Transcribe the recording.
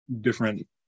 different